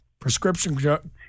prescription